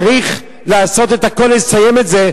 צריך לעשות את הכול לסיים את זה,